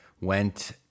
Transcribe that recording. went